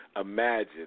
imagine